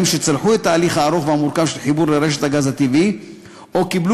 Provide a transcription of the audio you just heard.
שצלחו את ההליך הארוך והמורכב של חיבור לרשת הגז הטבעי או קיבלו